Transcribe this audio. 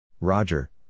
Roger